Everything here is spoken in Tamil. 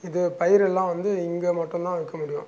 இது பயிறு எல்லாம் வந்து இங்கே மட்டும் தான் விற்க முடியும்